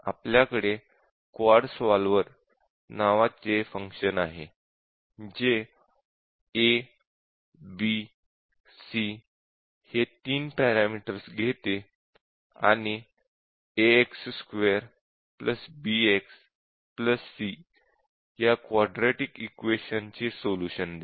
आपल्याकडे quad solver नावाचे function आहे जे a b c हे तीन पॅरामीटर्स घेते आणि ax2bxc या क्वाड्रैटिक इक्वेश़न चे सोलुशन देते